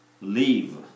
leave